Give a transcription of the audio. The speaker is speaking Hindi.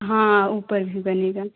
हाँ ऊपर भी बनेगा